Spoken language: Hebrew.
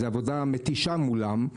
זו עבודה מתישה מולם,